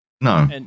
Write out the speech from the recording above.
no